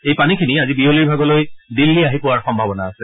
এই পানীখিনি আজি বিয়লিৰ ভাগলৈ দিল্লী আহি পোৱাৰ সম্ভাৱনা আছে